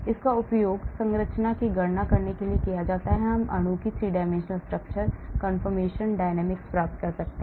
इसका उपयोग संरचना की गणना करने के लिए किया जाता है हम अणु की 3 dimensional structure conformations dynamics प्राप्त कर सकते हैं